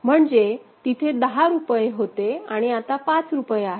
म्हणजे तिथे दहा रुपये होते आणि आता पाच रुपये आहेत